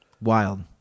Wild